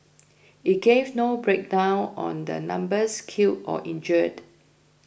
it gave no breakdown on the numbers killed or injured